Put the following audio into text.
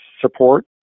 support